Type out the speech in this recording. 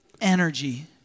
energy